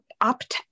opt